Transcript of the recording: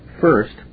First